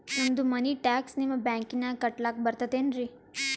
ನಮ್ದು ಮನಿ ಟ್ಯಾಕ್ಸ ನಿಮ್ಮ ಬ್ಯಾಂಕಿನಾಗ ಕಟ್ಲಾಕ ಬರ್ತದೇನ್ರಿ?